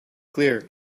clear